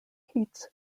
heats